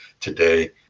today